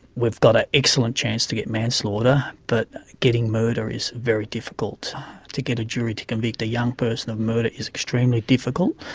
we've got an ah excellent chance to get manslaughter but getting murder is very difficult to get a jury to convict a young person of murder is extremely difficult.